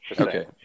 Okay